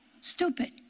stupid